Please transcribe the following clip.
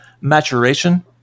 maturation